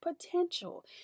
potential